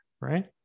right